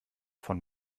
von